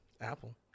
apple